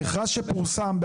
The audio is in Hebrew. המכרז שפורסם,